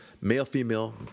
male-female